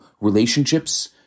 relationships